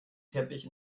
teppich